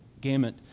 gamut